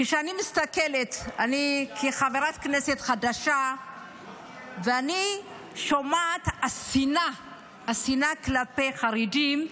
כשאני מסתכלת כחברת כנסת חדשה ואני שומעת את השנאה כלפי חרדים,